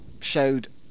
showed